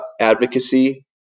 advocacy